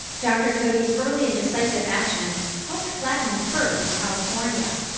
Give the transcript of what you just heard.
dr. cody's early and decisive action helped flatten the curve in california.